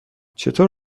چطور